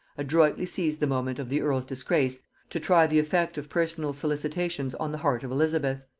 adroitly seized the moment of the earl's disgrace to try the effect of personal solicitations on the heart of elizabeth.